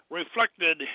reflected